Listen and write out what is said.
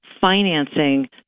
financing